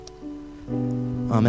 Amen